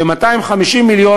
ו-250 מיליון,